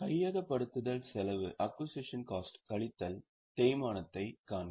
கையகப்படுத்தல் செலவு கழித்தல் தேய்மானத்தைக் காண்க